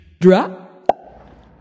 Drop